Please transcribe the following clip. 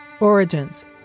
Origins